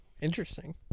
Interesting